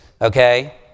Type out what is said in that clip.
okay